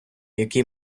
який